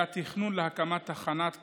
היה תכנון להקמת תחנת כיבוי,